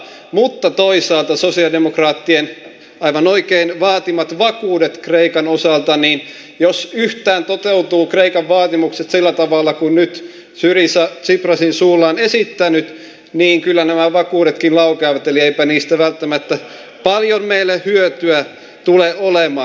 mutta toisaalta sosialidemokraattien aivan oikein vaatimat vakuudetkin kreikan osalta jos yhtään toteutuvat kreikan vaatimukset sillä tavalla kuin nyt syriza tsiprasin suulla on esittänyt kyllä laukeavat eli eipä niistä välttämättä paljon meille hyötyä tule olemaan